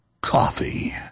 coffee